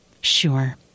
Sure